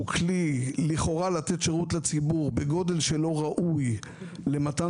כלי לכאורה לתת שירות לציבור בגודל שלא ראוי למתן